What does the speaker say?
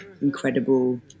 incredible